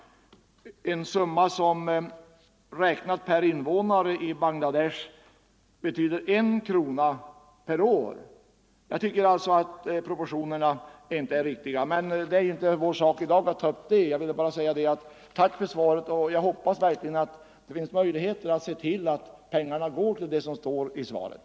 Det är en summa som räknat per invånare i Bangladesh betyder en krona per år. Jag tycker att proportionerna inte är riktiga, men det är inte vår sak att ta upp den frågan i dag. Jag ville bara tacka för svaret och jag hoppas verkligen att det finns möjligheter att se till att pengarna används till de ändamål som anges i svaret.